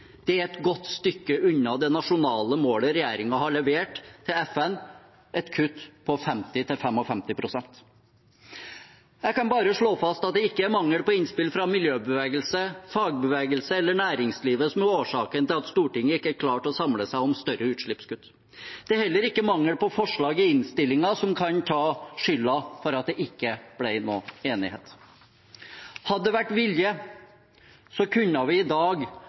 Det er et godt stykke unna det nasjonale målet regjeringen har levert til FN: et kutt på 50–55 pst. Jeg kan bare slå fast at det ikke er mangel på innspill fra miljøbevegelse, fagbevegelse eller næringslivet som er årsaken til at Stortinget ikke klarte å samle seg om større utslippskutt. Det er heller ikke en mangel på forslag i innstillingen som er det som kan ta skylden for at det ikke ble noen enighet. Hadde det vært vilje, kunne vi i dag